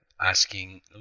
asking